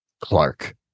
Clark